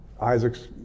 Isaac's